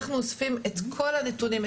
אנחנו אוספים את כל הנתונים,